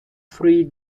free